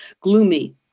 gloomy